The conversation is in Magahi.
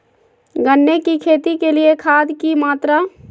गन्ने की खेती के लिए खाद की मात्रा?